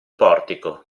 portico